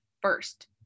first